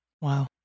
Wow